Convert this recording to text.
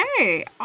Okay